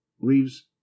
leaves